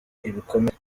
ibikomere